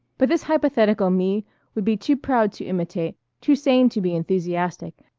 but this hypothetical me would be too proud to imitate, too sane to be enthusiastic,